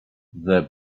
the